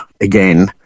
again